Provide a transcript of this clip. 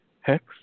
HEX